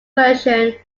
version